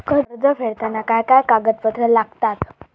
कर्ज फेडताना काय काय कागदपत्रा लागतात?